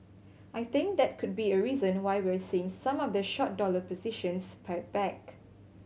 I think that could be a reason why we're seeing some of the short dollar positions pared back